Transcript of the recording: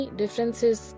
differences